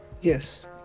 Yes